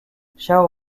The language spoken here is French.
shao